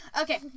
Okay